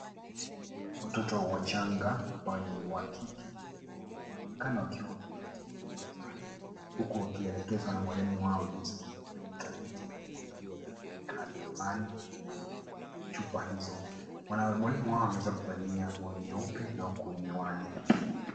Watoto wachanga ambao ni wa kike wanaonekana wakiwa wameketi mezani huku wakielekezwa na mwalimu wao jinsi ya kuweza kufanya utafiti kutumia kemikali fulani kwenye chupa hizo. Mwalimu wao ameweza kuvalia nguo nyeupe na huku miwani.